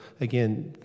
again